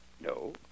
No